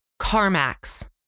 CarMax